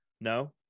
no